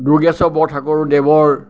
Durgeswar বৰঠাকুৰদেৱৰ